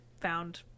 found